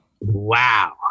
Wow